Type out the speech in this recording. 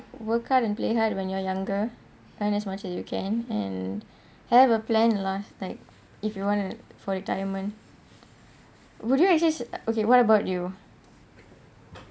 work hard and play hard when you're younger earn as much as you can and have a plan lah like if you want to for retirement would you actually sa~ okay what about you